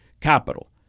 capital